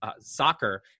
soccer